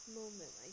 moment